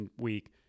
week